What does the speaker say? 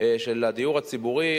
של הדיור הציבורי,